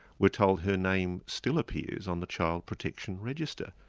we're told her name still appears on the child protection register.